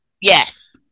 yes